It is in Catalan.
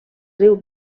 riu